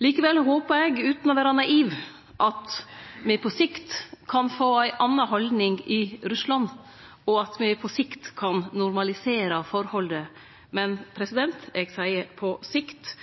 Likevel håpar eg, utan å vere naiv, at me på sikt kan få ei anna haldning i Russland, og at me på sikt kan normalisere forholdet. Men eg seier «på sikt»,